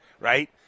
right